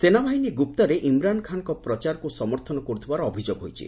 ସେନାବାହିନୀ ଗୁପ୍ତରେ ଇମ୍ରାନ୍ ଖାନ୍ଙ୍କ ପ୍ରଚାରକୁ ସମର୍ଥନ କର୍ଥିବାର ଅଭିଯୋଗ ହୋଇଛି